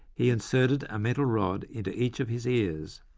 he inserted a metal rod into each of his ears,